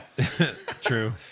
true